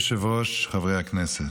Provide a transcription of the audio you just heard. אדוני היושב-ראש, חברי הכנסת,